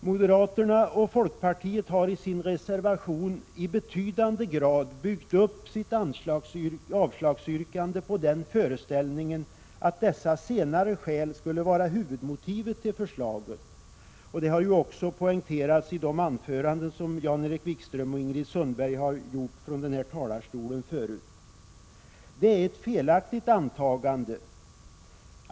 Moderaterna och folkpartiet har i sin reservation i betydande grad byggt upp sitt avslagsyrkande på föreställningen att dessa senare skäl skulle vara huvudmotivet till förslaget, vilket Jan-Erik Wikström och Ingrid Sundberg också har poängterat i sina anföranden. Men detta är ett felaktigt antagande.